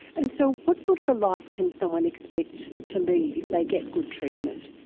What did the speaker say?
and so what sort of a life can someone expected to lead if they get good treatment?